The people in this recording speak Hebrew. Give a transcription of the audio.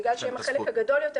בגלל שהם החלק הגדול יותר,